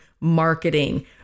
marketing